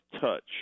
touch